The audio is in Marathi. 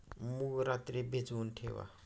मूग रात्री भिजवून ठेवा